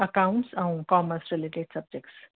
accounts ऐं commerce सां related subjects